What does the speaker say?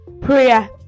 prayer